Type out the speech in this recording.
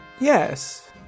yes